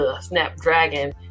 Snapdragon